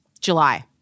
July